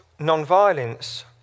nonviolence